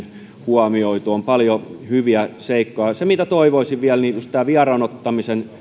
huomioitu on paljon hyviä seikkoja se mitä toivoisin vielä olisi just tämän vieraannuttamisen